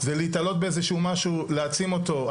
זה להתלות באיזה משהו להעצים אותו,